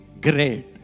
great